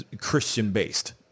Christian-based